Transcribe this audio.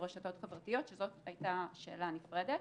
רשתות חברתיות שזאת הייתה שאלה נפרדת.